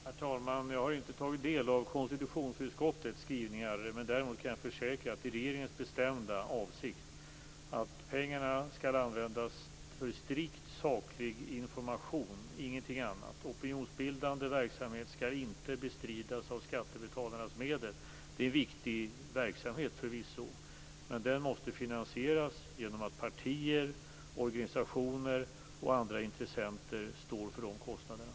Herr talman! Jag har inte tagit del av konstitutionsutskottets skrivningar. Däremot kan jag försäkra att det är regeringens bestämda avsikt att pengarna skall användas för strikt saklig information och ingenting annat. Opinionsbildande verksamhet skall inte bestridas med skattebetalarnas medel. Det är förvisso en viktig verksamhet. Men den måste finansieras genom att partier, organisationer och andra intressenter står för kostnaderna.